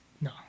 No